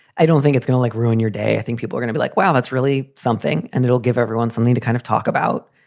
i don't think it's gonna, like, ruin your day. i think people are gonna be like, wow, that's really something. and it'll give everyone something to kind of talk about.